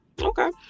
okay